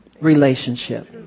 relationship